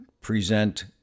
present